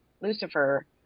Lucifer